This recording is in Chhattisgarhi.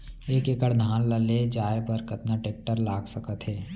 एक एकड़ धान ल ले जाये बर कतना टेकटर लाग सकत हे?